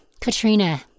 Katrina